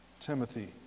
Timothy